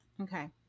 Okay